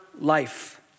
life